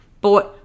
Bought